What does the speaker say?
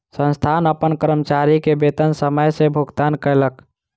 संस्थान अपन कर्मचारी के वेतन समय सॅ भुगतान कयलक